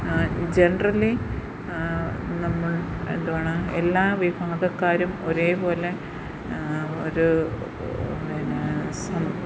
generally നമ്മൾ എന്തുവാണ് എല്ലാ വിഭാഗക്കാരും ഒരേ പോലെ ഒരു പിന്നെ സം